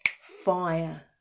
fire